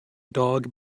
dog